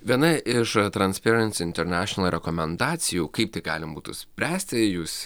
viena iš transpieransi internešenal rekomendacijų kaip tai galima būtų bręsti jūs